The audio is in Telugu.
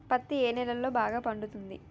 పత్తి ఏ నేలల్లో బాగా పండుతది?